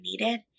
needed